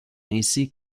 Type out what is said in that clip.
ainsi